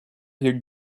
hear